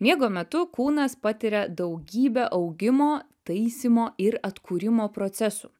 miego metu kūnas patiria daugybę augimo taisymo ir atkūrimo procesų